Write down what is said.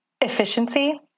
Efficiency